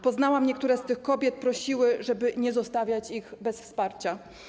Poznałam niektóre z tych kobiet, prosiły, żeby nie zostawiać ich bez wsparcia.